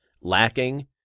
lacking